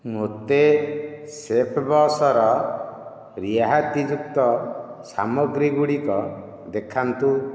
ମୋତେ ସେଫ୍ବସ୍ର ରିହାତିଯୁକ୍ତ ସାମଗ୍ରୀଗୁଡ଼ିକ ଦେଖାନ୍ତୁ